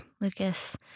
Lucas